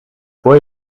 voor